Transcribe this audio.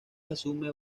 asume